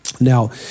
Now